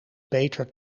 peter